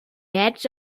edge